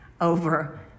over